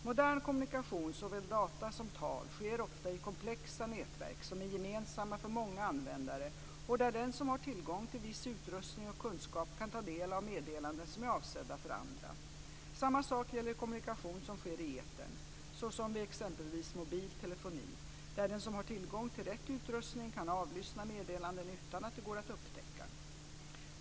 Modern kommunikation, såväl data som tal, sker ofta i komplexa nätverk som är gemensamma för många användare och där den som har tillgång till viss utrustning och kunskap kan ta del av meddelanden som är avsedda för andra. Samma sak gäller kommunikation som sker i etern, såsom vid exempelvis mobil telefoni, där den som har tillgång till rätt utrustning kan avlyssna meddelanden utan att det går att upptäcka.